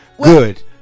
Good